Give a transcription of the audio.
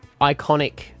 iconic